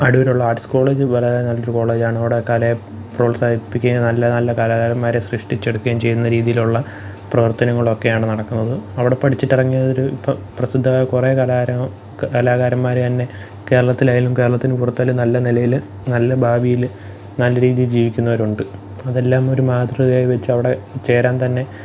അടൂരുള്ള arts college വളരെ നല്ലൊരു കോളേജാണ് അവിടെ കലയെ പ്രോത്സാഹിപ്പിക്കുകയും നല്ല നല്ല കലാകാരന്മാരെ സൃഷ്ടിച്ചെടുക്കുകയും ചെയ്യുന്ന രീതിയിലുള്ള പ്രവർത്തനങ്ങളൊക്കെയാണ് നടക്കുന്നത് അവടെ പഠിച്ചിട്ടിറങ്ങിയൊരു പ്ര പ്രസിദ്ധമായ കുറെ കലാകാ കലാകാരന്മാര് തന്നെ കേരളത്തിലായാലും കേരളത്തിന് പുറത്തായാലും നല്ല നിലയില് നല്ല ഭാവിയില് നല്ല രീതിയില് ജീവിക്കുന്നവരുണ്ട് അതെല്ലാം ഒരു മാതൃകയായി വച്ചവിടെ ചേരാന് തന്നെ